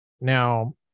Now